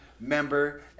Member